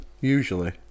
usually